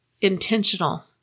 intentional